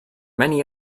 many